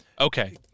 Okay